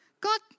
God